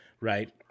right